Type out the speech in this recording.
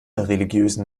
religiösen